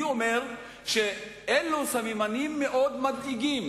אני אומר שאלו סממנים מאוד מדאיגים.